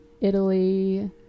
Italy